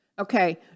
Okay